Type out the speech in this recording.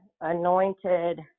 anointed